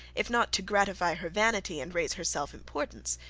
if not to gratify her vanity, and raise her self-importance,